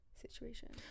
situation